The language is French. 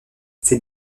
ces